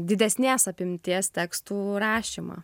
didesnės apimties tekstų rašymą